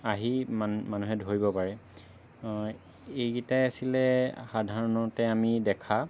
আহি মান মানুহে ধৰিব পাৰে এইগিটাই আছিলে সাধাৰণতে আমি দেখা